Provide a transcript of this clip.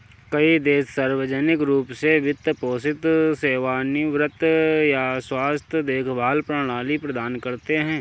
कई देश सार्वजनिक रूप से वित्त पोषित सेवानिवृत्ति या स्वास्थ्य देखभाल प्रणाली प्रदान करते है